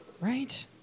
Right